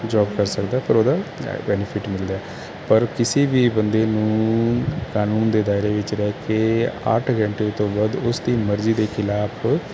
job ਕਰ ਸਕਦਾ ਪਰ ਉਹਦਾ ਅ ਬੈਨੀਫਿਟ ਮਿਲਦਾ ਪਰ ਕਿਸੇ ਵੀ ਬੰਦੇ ਨੂੰ ਕਾਨੂੰਨ ਦੇ ਦਾਇਰੇ ਵਿੱਚ ਰਹਿ ਕੇ ਅੱਠ ਘੰਟੇ ਤੋਂ ਬਾਅਦ ਉਸਦੀ ਮਰਜ਼ੀ ਦੇ ਖਿਲਾਫ਼